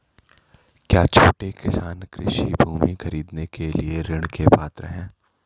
क्या छोटे किसान कृषि भूमि खरीदने के लिए ऋण के पात्र हैं?